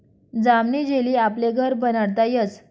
जामनी जेली आपले घर बनाडता यस